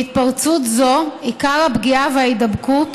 בהתפרצות זו עיקר הפגיעה וההידבקות